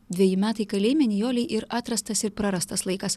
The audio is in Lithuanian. dveji metai kalėjime nijolei ir atrastas ir prarastas laikas